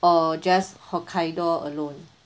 or just hokkaido alone